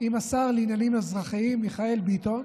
עם השר לעניינים אזרחיים מיכאל ביטון,